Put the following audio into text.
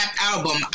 album